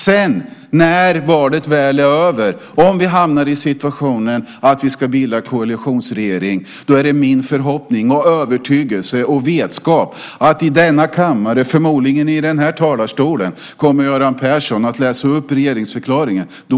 Om vi, när valet väl är över, hamnar i den situationen att vi ska bilda koalitionsregering är det min förhoppning, övertygelse och vetskap att Göran Persson i den här kammaren, och förmodligen i den här talarstolen, kommer att läsa upp regeringsförklaringen.